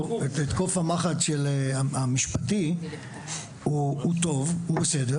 היינו בשיח, היינו בקשר,